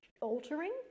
altering